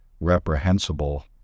reprehensible